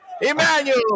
Emmanuel